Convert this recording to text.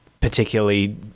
particularly